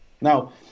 Now